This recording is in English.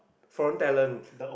foreign talent